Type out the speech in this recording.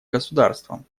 государством